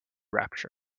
rapture